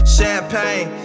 Champagne